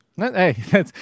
Hey